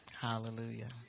Hallelujah